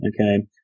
okay